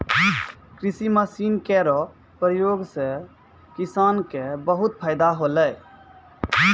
कृषि मसीन केरो प्रयोग सें किसान क बहुत फैदा होलै